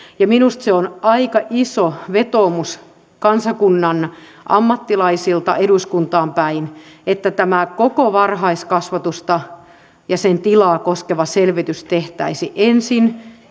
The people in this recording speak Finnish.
minusta se on aika iso vetoomus kansakunnan ammattilaisilta eduskuntaan päin että tämä koko varhaiskasvatusta ja sen tilaa koskeva selvitys tehtäisiin ensin